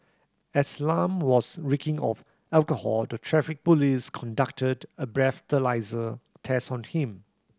as Lam was reeking of alcohol the Traffic Police conducted a breathalyser test on him